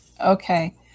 Okay